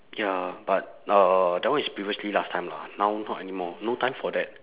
ya but uh that one is previously last time lah now not anymore no time for that